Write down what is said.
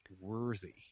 worthy